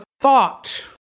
thought